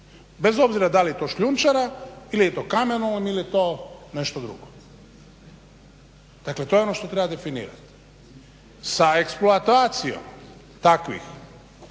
Bez obzira da li je to šljunčara ili je to kamenolom ili je to nešto drugo. Dakle, to je ono što treba definirati. Sa eksploatacijom takvih